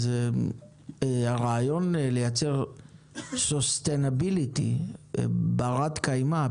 הרעיון לייצרsustainability ברת קיימא,